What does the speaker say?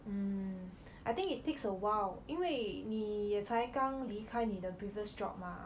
mm I think it takes a while 因为你也才刚离开你的 previous job mah